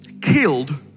killed